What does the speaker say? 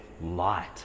light